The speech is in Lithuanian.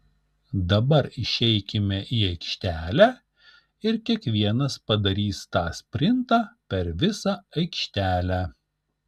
dabar išeikime į aikštelę ir kiekvienas padarys tą sprintą per visą aikštelę